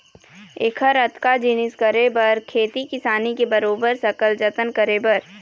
ऐकर अतका जिनिस करे बर खेती किसानी के बरोबर सकल जतन करे बर